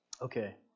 Okay